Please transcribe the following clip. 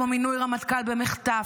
כמו מינוי רמטכ"ל במחטף,